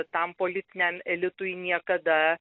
tam politiniam elitui niekada